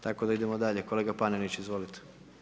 Tako da idemo dalje, kolega Panenić, izvolite.